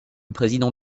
président